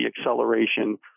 acceleration